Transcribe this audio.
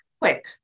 quick